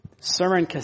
sermon